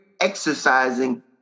exercising